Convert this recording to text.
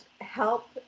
help